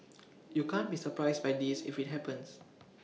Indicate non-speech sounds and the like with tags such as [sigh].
[noise] you can't be surprised by this if IT happens